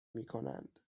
میکنند